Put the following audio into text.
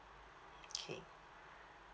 okay